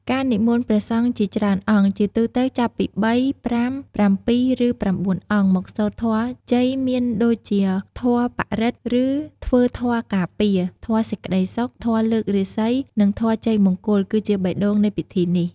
ការនិមន្តព្រះសង្ឃជាច្រើនអង្គ ជាទូទៅចាប់ពី ៣, ៥, ៧, ឬ ៩ អង្គ មកសូត្រធម៌ជ័យមានដូចជាធម៌បរិត្ត ឬធ្វើធម៌ការពារ, ធម៌សេចក្ដីសុខ, ធម៌លើករាសី, និងធម៌ជ័យមង្គល គឺជាបេះដូងនៃពិធីនេះ។